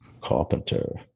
Carpenter